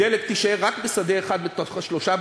"דלק" תישאר רק בשדה אחד מתוך השלושה,